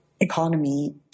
Economy